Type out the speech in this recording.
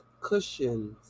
cushions